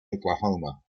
oklahoma